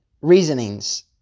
reasonings